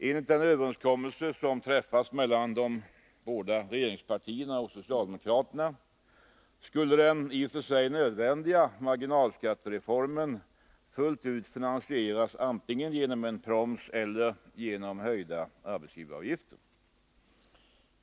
Enligt den överenskommelse som träffats mellan de båda regeringspartierna och socialdemokraterna skulle den i och för sig nödvändiga marginalskattereformen fullt ut finansieras antingen genom en proms eller genom höjda arbetsgivaravgifter.